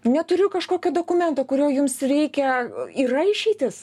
neturiu kažkokio dokumento kurio jums reikia yra išeitis